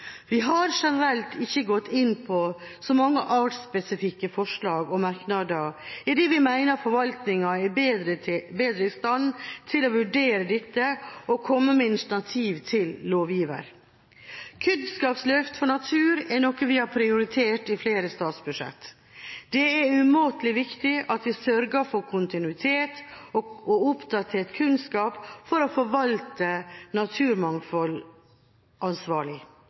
Vi har generelt ikke gått inn på så mange artsspesifikke forslag og merknader, idet vi mener forvaltningen er bedre i stand til å vurdere dette og komme med initiativ til lovgiver. Kunnskapsløft for natur er noe vi har prioritert i flere statsbudsjett. Det er umåtelig viktig at vi sørger for kontinuitet og oppdatert kunnskap for å forvalte naturmangfold ansvarlig.